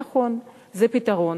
נכון, זה פתרון,